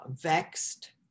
vexed